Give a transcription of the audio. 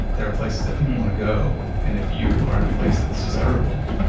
there are places that people want to go and if you are in a place that's desirable,